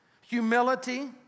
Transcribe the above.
Humility